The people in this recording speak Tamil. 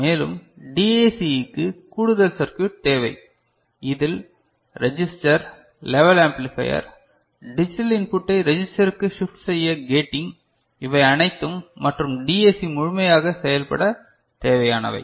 மேலும் டிஏசிக்கு கூடுதல் சர்க்யூட் தேவை இதில் ரெஜிஸ்டர் லெவல் ஆம்ப்ளிபையர் டிஜிட்டல் இன்புட்டை ரெஜிஸ்டருக்கு ஷிப்ட் செய்ய கேட்டிங் இவை அனைத்தும் மற்றும் டிஏசி முழுமையாக செயல்பட தேவையானவை